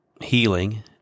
healing